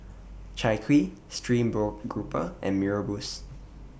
Chai Kuih Stream Grouper and Mee Rebus